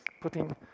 putting